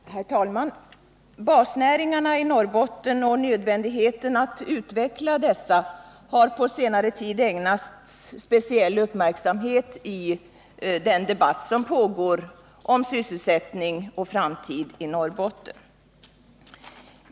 Herr talman! Basnäringarna i Norrbotten och nödvändigheten av att utveckla dessa har på senare tid ägnats speciell uppmärksamhet i den debatt som pågår om sysselsättning och framtid i Norrbotten.